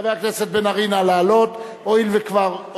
הרי כולם מסכימים להצעה הזאת, רק צריך להביא כסף.